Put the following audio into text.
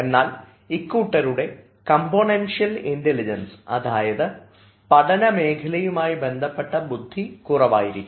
എന്നാൽ ഇക്കൂട്ടരുടെ componential intelligence അതായത് പഠന മേഖലയുമായി ബന്ധപ്പെട്ട ബുദ്ധി കുറവായിരിക്കും